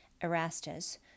Erastus